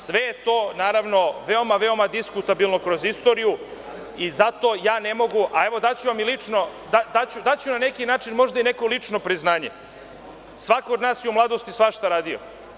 Sve je to, naravno, veoma diskutabilno kroz istoriju i zato ja ne mogu, a evo daću vam na neki način možda neko lično priznanje, svako od nas je u mladosti svašta radio.